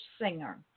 singer